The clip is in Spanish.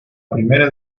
primera